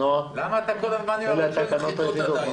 --- נעה, אלה התקנות היחידות.